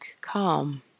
calm